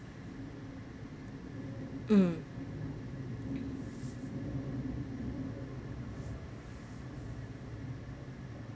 um